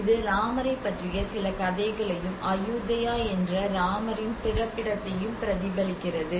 இது ராமரைப் பற்றிய சில கதைகளையும் அயுதயா என்ற ராமரின் பிறப்பிடத்தையும் பிரதிபலிக்கிறது